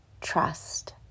trust